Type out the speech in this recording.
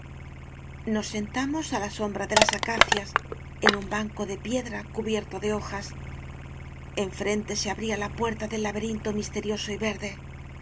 nos sentamos á la sombra de las acacias en un banco de piedra cubierto de hojas en frente se abría la puerta del laberinto mis terioso y verde